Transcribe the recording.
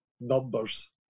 numbers